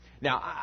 Now